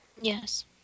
Yes